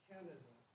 Canada